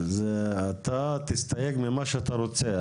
אז אתה תסתייג ממה שאתה רוצה,